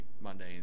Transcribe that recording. Monday